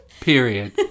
Period